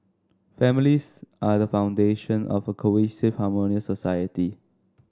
families are the foundation of a cohesive harmonious society